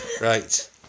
Right